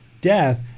death